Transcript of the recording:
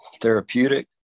therapeutic